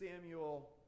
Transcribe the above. Samuel